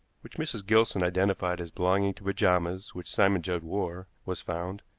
which mrs. gilson identified as belonging to pajamas which simon judd wore, was found.